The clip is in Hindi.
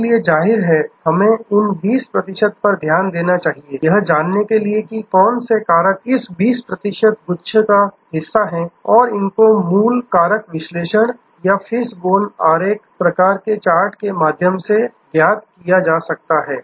इसलिए जाहिर है हमें इन 20 प्रतिशत पर ध्यान देना चाहिए यह जानने के लिए कि कौन से कारक इस 20 प्रतिशत गुच्छा का हिस्सा हैं और इनको मूल कारण विश्लेषण या फिश बोन आरेख प्रकार के चार्ट के माध्यम से इन्हें ज्ञात किया जा सकता है